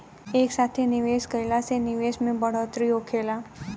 एक साथे निवेश कईला से निवेश में बढ़ोतरी होखेला